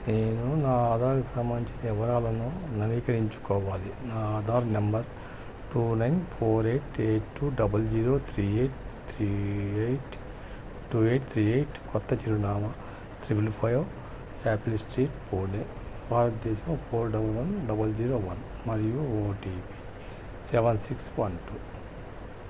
నేను నా ఆధార్కు సంబంధించిన వివరాలను నవీకరించుకోవాలి నా Aadhaar number two nine four eight two eight two double zero three eight three eight two eight three eight కొత్త చిరునామా triple five apple street Pune భారతదేశం four double one double zero one మరియు OTP seven six one two